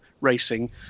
racing